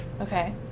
Okay